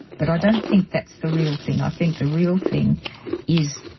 but i don't think that's the real thing, i think the real thing is